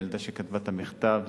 הילדה שכתבה את המכתב.